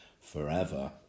Forever